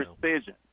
precision